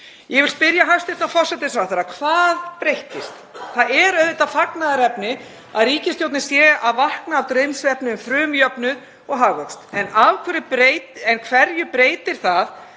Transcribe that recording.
Ég vil spyrja hæstv. forsætisráðherra: Hvað breyttist? Það er auðvitað fagnaðarefni að ríkisstjórnin sé að vakna af draumsvefni um frumjöfnuð og hagvöxt, en hverju breytir það